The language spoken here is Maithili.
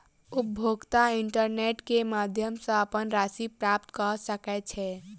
उपभोगता इंटरनेट क माध्यम सॅ अपन राशि प्राप्त कय सकै छै